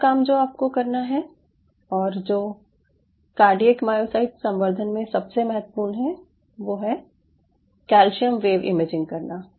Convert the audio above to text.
अगला काम जो आपको करना है और जो कार्डियक मायोसाइट संवर्धन में सबसे महत्वपूर्ण है वो है कैल्शियम वेव इमेजिंग करना